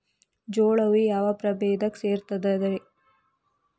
ಜೋಳವು ಯಾವ ಪ್ರಭೇದಕ್ಕ ಸೇರ್ತದ ರೇ?